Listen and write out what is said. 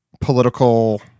political